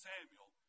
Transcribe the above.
Samuel